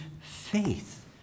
faith